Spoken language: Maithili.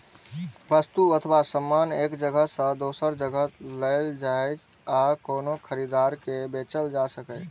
वस्तु अथवा सामान एक जगह सं दोसर जगह लए जाए आ कोनो खरीदार के बेचल जा सकै